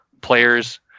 players